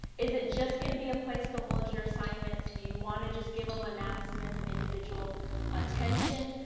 is it just going to be a place to hold your assignments? do you want to just give them announcements and individual attention?